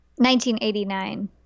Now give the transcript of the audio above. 1989